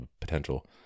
potential